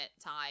time